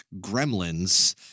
Gremlins